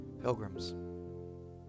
pilgrims